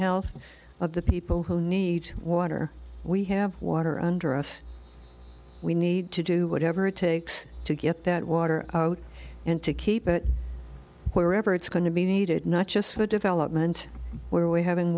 health of the people who need water we have water under us we need to do whatever it takes to get that water out and to keep it wherever it's going to be needed not just for development where we having